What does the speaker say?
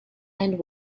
and